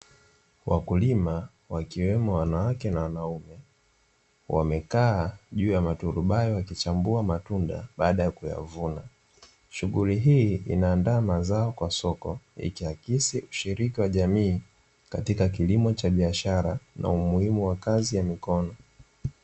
Wakulima wakiwemo wanawake na wanaume wamekaa juu ya matundubai wakichambua matunda baada ya kuyavuna. shughuri hii inaanda mazao kwa soko ikiakisi ushiriki wa jamii katika kilimo cha biashara na umuhimu wa kazi ya mikono.